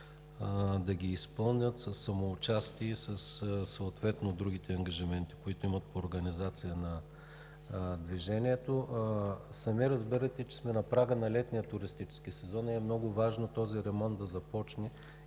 да ги изпълнят със самоучастие и с другите ангажименти, които имат по организация на движението. Сами разбирате, че сме на прага на летния туристически сезон и е много важно този ремонт да започне